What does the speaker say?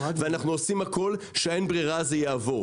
ואנחנו עושים הכול שהאין ברירה הזה יעבור.